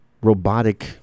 robotic